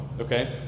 okay